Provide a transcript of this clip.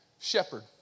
shepherd